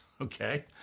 Okay